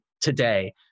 today